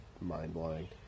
mind-blowing